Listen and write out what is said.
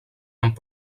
amb